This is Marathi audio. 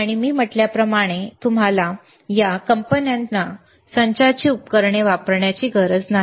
आणि मी म्हटल्याप्रमाणे तुम्हाला या कंपन्यांच्या संचाची उपकरणे वापरण्याची गरज नाही